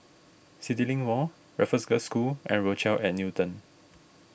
CityLink Mall Raffles Girls' School and Rochelle at Newton